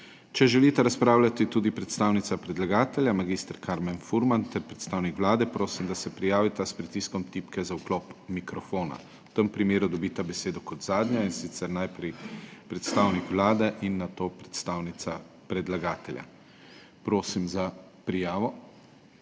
Če želita razpravljati tudi predstavnica predlagatelja mag. Karmen Furman ter predstavnik Vlade, prosim, da se prijavita s pritiskom tipke za vklop mikrofona; v tem primeru dobita besedo kot zadnja, in sicer najprej predstavnik Vlade in nato predstavnica predlagatelja. Prosim za prijavo.